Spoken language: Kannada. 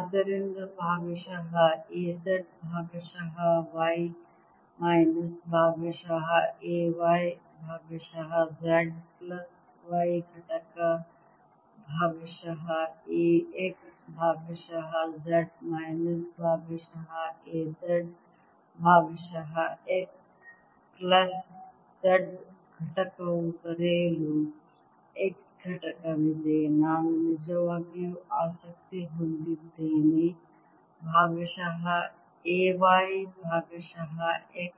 ಆದ್ದರಿಂದ ಭಾಗಶಃ A z ಭಾಗಶಃ y ಮೈನಸ್ ಭಾಗಶಃ A y ಭಾಗಶಃ z ಪ್ಲಸ್ y ಘಟಕ ಭಾಗಶಃ A x ಭಾಗಶಃ z ಮೈನಸ್ ಭಾಗಶಃ A z ಭಾಗಶಃ x ಪ್ಲಸ್ z ಘಟಕವು ಬರೆಯಲು x ಘಟಕವಿದೆ ನಾನು ನಿಜವಾಗಿಯೂ ಆಸಕ್ತಿ ಹೊಂದಿದ್ದೇನೆ ಭಾಗಶಃ A y ಭಾಗಶಃ x